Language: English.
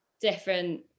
different